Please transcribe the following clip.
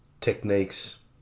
techniques